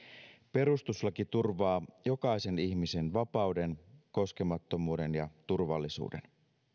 perustuslaki turvaa jokaisen ihmisen vapauden koskemattomuuden ja turvallisuuden